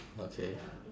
okay